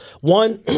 One